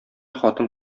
хатын